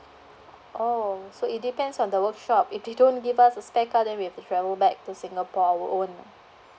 oh so it depends on the workshop if they don't give us a spare car then we have to travel back to singapore our own